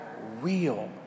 real